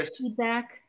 feedback